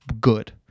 good